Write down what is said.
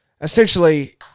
Essentially